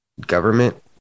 government